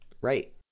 Right